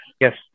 Yes